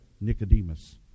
Nicodemus